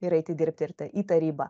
ir eiti dirbti į tarybą